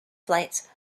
flights